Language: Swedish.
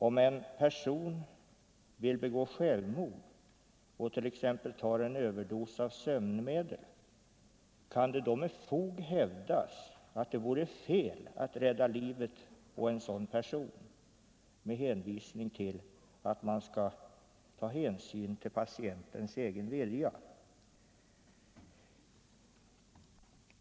Om en person vill begå självmord och t.ex. tar en överdos av sömnmedel, kan det då med fog hävdas att det vore fel att rädda livet på honom med hänvisning till att man skall ta hänsyn till patientens egen vilja?